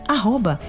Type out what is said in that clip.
Arroba